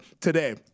today